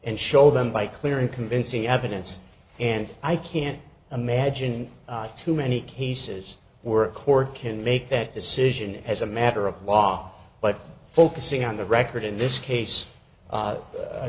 and show them by clear and convincing evidence and i can't imagine too many cases were court can make that decision as a matter of law but focusing on the record in this case